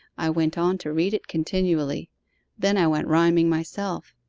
i went on to read it continually then i went rhyming myself.